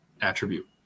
attribute